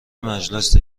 مجلس